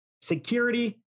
security